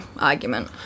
argument